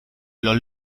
los